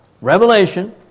revelation